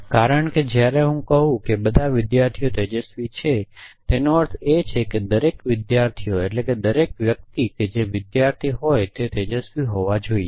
કારણ કે જ્યારે હું કહું છું કે બધા વિદ્યાર્થીઓ તેજસ્વી છે તેનો અર્થ એ છે કે દરેક વિદ્યાર્થીઓ એટલે કે દરેક વ્યક્તિ જે વિદ્યાર્થી છે તે તેજસ્વી હોવો જોઈએ